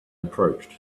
approached